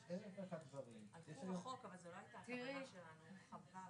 זה עכשיו ברמה של ממשלה.